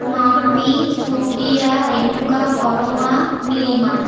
Mampi Supriya Renuka Parama Nilima